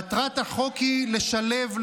מטרת החוק היא לשלב,